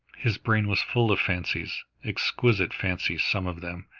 his brain was full of fancies, exquisite fancies some of them.